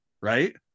Right